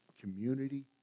Community